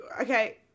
Okay